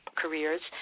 careers